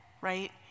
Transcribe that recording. right